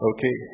Okay